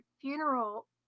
funeral